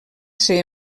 ser